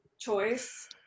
choice